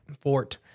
Fort